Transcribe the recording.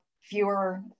fewer